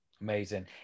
Amazing